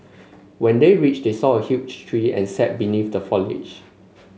when they reached they saw a huge tree and sat beneath the foliage